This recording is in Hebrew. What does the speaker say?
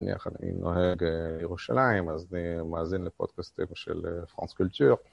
אני יחד אני נוהג ירושלים, אז אני מאזין לפודקאסטים של פרנס קולצ'ור.